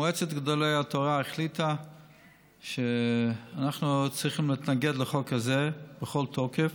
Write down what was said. מועצת גדולי התורה החליטה שאנחנו צריכים להתנגד לחוק הזה בכל תוקף.